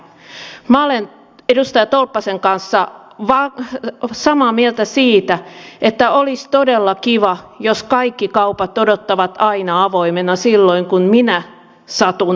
minä olen edustaja tolppasen kanssa samaa mieltä siitä että olisi todella kiva jos kaikki kaupat odottavat aina avoimena silloin kun minä satun ehtimään ostoksille